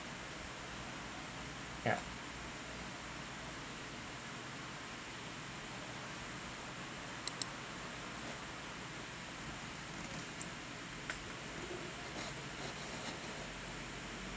yeah